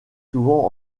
souvent